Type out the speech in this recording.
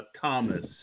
Thomas